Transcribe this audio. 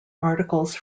articles